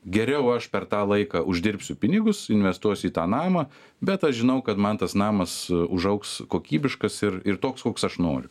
geriau aš per tą laiką uždirbsiu pinigus investuosiu į tą namą bet aš žinau kad man tas namas užaugs kokybiškas ir ir toks koks aš noriu